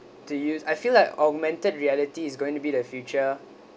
to use I feel like augmented reality is going to be the future